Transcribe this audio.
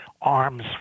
arms